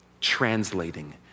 translating